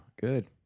good